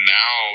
now